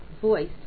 voice